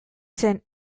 zen